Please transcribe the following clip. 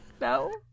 No